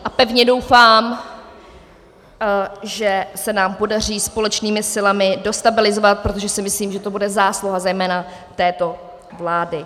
A pevně doufám, že se nám podaří společnými silami dostabilizovat, protože si myslím, že to bude zásluha zejména této vlády.